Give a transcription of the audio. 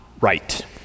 right